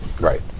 right